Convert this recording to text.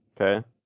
Okay